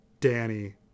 Danny